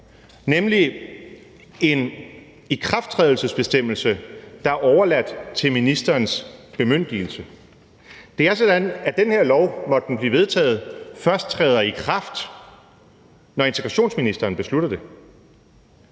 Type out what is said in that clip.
nemlig en ikrafttrædelsesbestemmelse, der er overladt til ministerens bemyndigelse. Det er sådan, at den her lov, måtte den blive vedtaget, først træder i kraft, når udlændinge- og integrationsministeren beslutter det.